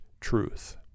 truth